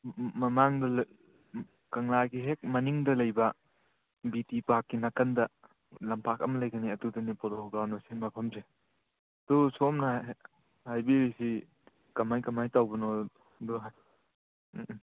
ꯃꯃꯥꯡꯗ ꯀꯪꯂꯥꯒꯤ ꯍꯦꯛ ꯃꯅꯤꯡꯗ ꯂꯩꯕ ꯕꯤ ꯇꯤ ꯄꯥꯔꯛꯀꯤ ꯅꯥꯀꯟꯗ ꯂꯝꯄꯥꯛ ꯑꯃ ꯂꯩꯒꯅꯦ ꯑꯗꯨꯗꯅꯦ ꯄꯣꯂꯣ ꯒ꯭ꯔꯥꯎꯟꯗꯣ ꯁꯤ ꯃꯐꯝꯁꯦ ꯑꯗꯨ ꯁꯣꯝꯅ ꯍꯥꯏꯕꯤꯔꯤꯁꯤ ꯀꯃꯥꯏ ꯀꯃꯥꯏ ꯇꯧꯕꯅꯣꯗꯣ ꯎꯝ ꯎꯝ